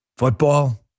Football